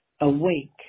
awake